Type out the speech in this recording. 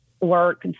work